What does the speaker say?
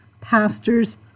pastors